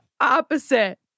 opposite